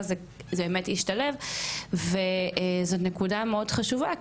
זה באמת השתלב וזאת נקודה מאוד חשובה,